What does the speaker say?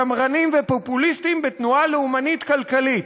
שמרנים ופופוליסטים בתנועה לאומנית כלכלית,